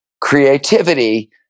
creativity